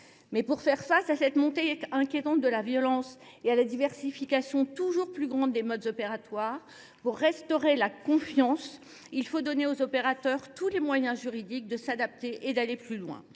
Pour faire face à cette montée inquiétante de la violence et à la diversification toujours plus grande des modes opératoires, pour restaurer la confiance, il faut donner aux opérateurs tous les moyens juridiques de s’adapter et d’aller plus loin.